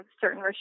certain